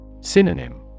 Synonym